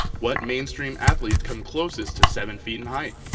what mainstream athletes come closest to seven feet in height?